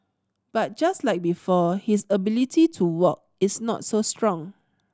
but just like before his ability to walk is not so strong